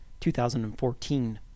2014